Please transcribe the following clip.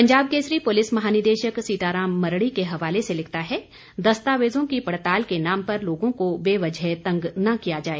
पंजाब केसरी पुलिस महानिदेशक सीताराम मरढी के हवाले से लिखता है दस्तावेजों की पड़ताल के नाम पर लोगों को बेवजह तंग न किया जाए